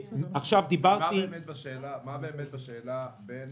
מה ההבדל בין